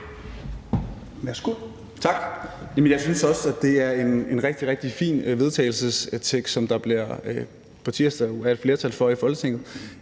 Værsgo.